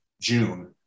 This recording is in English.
June